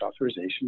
authorization